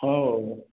ହଁ ହଉ